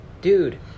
dude